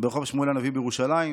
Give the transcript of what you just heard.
ברחוב שמואל הנביא בירושלים,